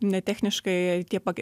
ne techniškai tie pakei